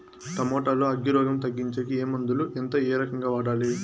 Tomato లో అగ్గి రోగం తగ్గించేకి ఏ మందులు? ఎంత? ఏ రకంగా వాడాలి?